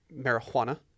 marijuana